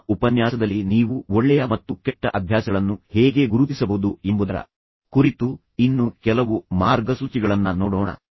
ಮುಂದಿನ ಉಪನ್ಯಾಸದಲ್ಲಿ ನೀವು ಒಳ್ಳೆಯ ಮತ್ತು ಕೆಟ್ಟ ಅಭ್ಯಾಸಗಳನ್ನು ಹೇಗೆ ಗುರುತಿಸಬಹುದು ಎಂಬುದರ ಕುರಿತು ಇನ್ನೂ ಕೆಲವು ಮಾರ್ಗಸೂಚಿಗಳನ್ನ ನೋಡೋಣ